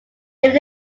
live